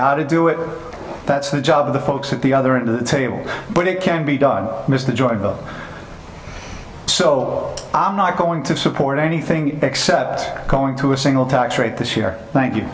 how to do it that's the job of the folks at the other end of the table but it can be done missed the joint so i'm not going to support anything except going to a single tax rate this year thank you